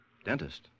Dentist